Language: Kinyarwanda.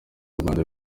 rwanda